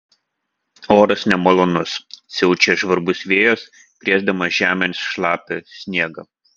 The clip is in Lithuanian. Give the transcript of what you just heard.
oras nemalonus siaučia žvarbus vėjas krėsdamas žemėn šlapią sniegą